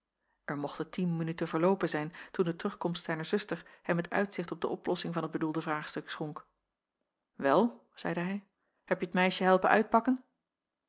er mochten tien minuten verloopen zijn toen de terugkomst zijner zuster hem het uitzicht op de oplossing van het bedoelde vraagstuk schonk wel zeide hij hebje het meisje helpen uitpakken